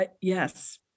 Yes